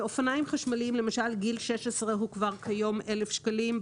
באופניים חשמליים למשל גיל 16 כבר כיום 1,000 שקלים.